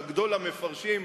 גדול המפרשים,